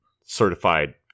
certified